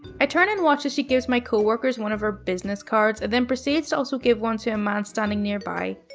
i turn and watch as she gives my coworkers one of her business cards and then proceeds to also give one to a man standing nearby.